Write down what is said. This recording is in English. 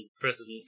President